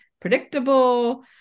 predictable